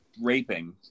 raping